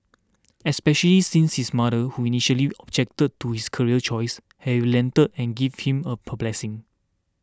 especially since his mother who initially objected to his career choice has relented and given him her blessings